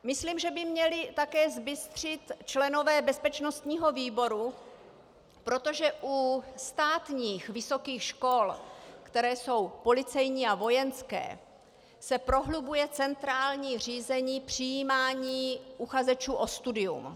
Myslím, že by měli také zbystřit členové bezpečnostního výboru, protože u státních vysokých škol, které jsou policejní a vojenské, se prohlubuje centrální řízení přijímání uchazečů o studium.